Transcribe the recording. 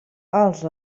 els